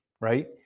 Right